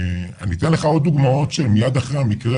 אבל אני מצפה מאותם גופים,